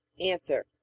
Answer